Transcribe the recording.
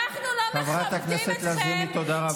חברת הכנסת לזימי, תודה רבה.